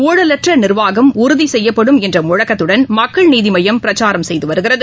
ஊழலற்றிா்வாகம் உறுதிசெய்யப்படும் என்றமுழுக்கத்துடன் மக்கள் நீதிமய்யம் பிரச்சாரம் செய்துவருகிறது